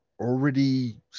already